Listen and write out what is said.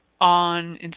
on